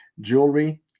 jewelry